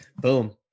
boom